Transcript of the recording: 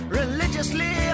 religiously